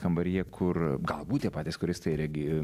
kambaryje kur galbūt tie patys choristai regi